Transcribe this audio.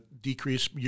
decrease